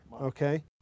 Okay